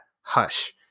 hush